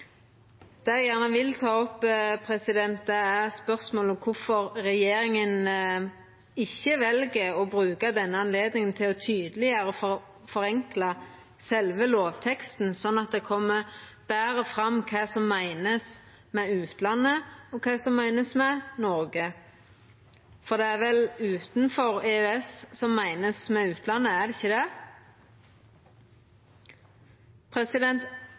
gjerne vil ta opp, er spørsmålet om kvifor regjeringa ikkje vel å bruka denne anledninga til å tydeleggjera og forenkla sjølve lovteksten, sånn at det kjem betre fram kva som er meint med utlandet, og kva som er meint med Noreg. For det er vel utanfor EØS som er meint med utlandet, er det ikkje det?